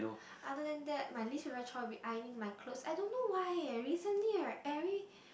other than that my least favourite chore would be ironing my clothes I don't know why eh recently right every